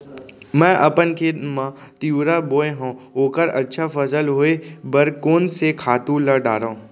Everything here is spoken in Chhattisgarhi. मैं अपन खेत मा तिंवरा बोये हव ओखर अच्छा फसल होये बर कोन से खातू ला डारव?